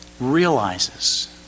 realizes